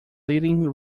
leading